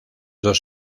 dos